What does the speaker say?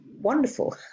wonderful